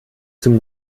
zum